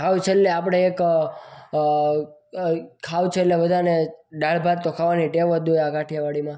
સાવ છેલ્લે આપણે એક સાવ છેલ્લે બધાને દાળ ભાત ખાવાની ટેવ જ હોય આ કાઠિયાવાડીમાં